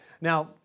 Now